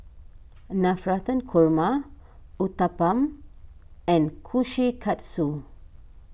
Navratan Korma Uthapam and Kushikatsu